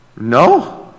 No